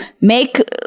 make